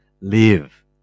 live